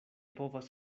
povas